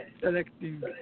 selecting